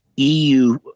EU